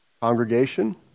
congregation